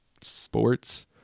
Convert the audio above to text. Sports